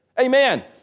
Amen